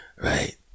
right